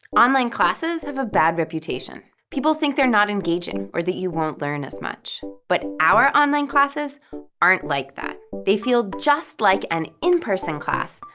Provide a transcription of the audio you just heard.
online classes have a bad reputation. people think they're not engaging or that you won't learn as much. but our online classes aren't like that! they feel just like an in-person class,